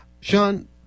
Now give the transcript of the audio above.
Sean